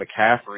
McCaffrey